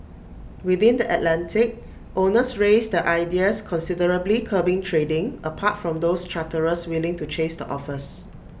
within the Atlantic owners raised their ideas considerably curbing trading apart from those charterers willing to chase the offers